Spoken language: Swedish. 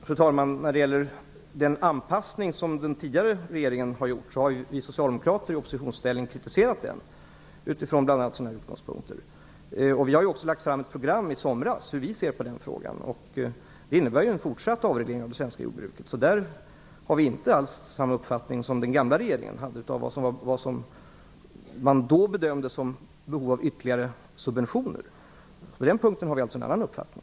Fru talman! Vi socialdemokrater har ju i oppositionsställning kritiserat den anpassning som den tidigare regeringen har gjort. I somras lade vi fram ett program om hur vi ser på den frågan. Vi vill ha en fortsatt avreglering för det svenska jordbruket. Där har vi inte alls samma uppfattning som den gamla regeringen hade när det gällde behovet av ytterligare subventioner. På den punkten har vi alltså en annan uppfattning.